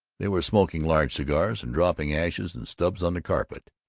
they were smoking large cigars and dropping ashes and stubs on the carpet.